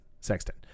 Sexton